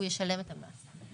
הוא ישלם את המס.